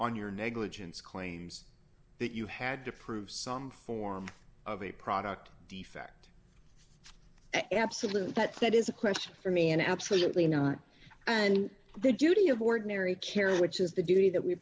on your negligence claims that you had to prove some form of a product defect absolutely that that is a question for me an absolutely not and the duty of ordinary care which is the duty that we